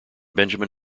benjamin